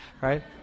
right